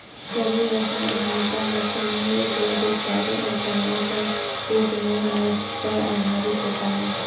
लघु व्यवसाय उद्यमिता वर्तमान में उपलब्ध उत्पादों और सेवाओं पर एक नए मोड़ पर आधारित होता है